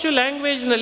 language